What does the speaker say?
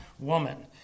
woman